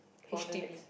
h_d_b